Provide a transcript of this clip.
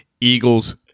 Eagles